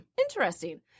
Interesting